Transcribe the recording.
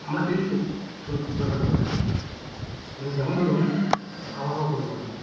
আমরা টেলিস্কোপ ব্যবহার করে থাকি যেমন ধরুন আবহাওয়া পরিবর্তন